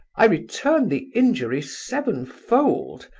i return the injury sevenfold,